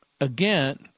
again